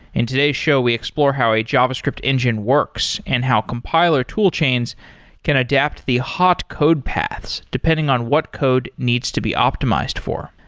in today's show, we explore how a javascript engine works and how compiler toolchains can adapt the hot code paths depending on what code needs to be optimized for.